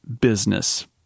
business